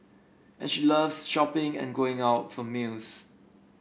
and she loves shopping and going out for meals